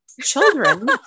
children